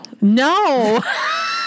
no